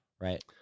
right